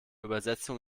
übersetzung